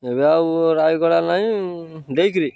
ଏବେ ଆଉ ରାୟଗଡ଼ା ନାଇଁ ଦେଇକିରି